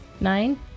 nine